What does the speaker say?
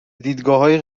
دیدگاههای